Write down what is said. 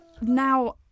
now